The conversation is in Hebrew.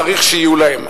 צריך שיהיו להם.